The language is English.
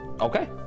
Okay